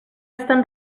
estan